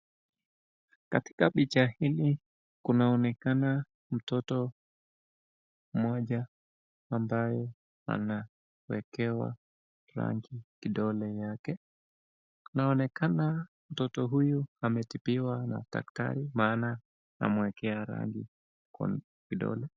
Katika picha hili kunaonekana mtoto mmoja ambaye anawekewa rangi kidole yake. Inaonekana mtoto huyu ametibiwa na daktari maana anamwekea rangi kwenye kidole.